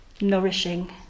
nourishing